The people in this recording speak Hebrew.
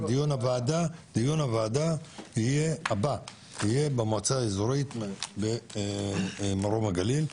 דיון הוועדה הבא יהיה במועצה האזורית מרום הגליל.